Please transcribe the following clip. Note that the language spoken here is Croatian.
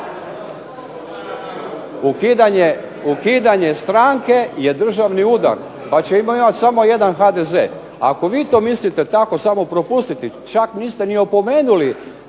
Ukidanje stranke je državni udar. Pa ćemo imati samo jedan HDZ. Ako vi to mislite tako samo propustiti, čak niste ni opomenuli